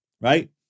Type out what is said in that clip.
right